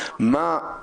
המשפטים.